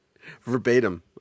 Verbatim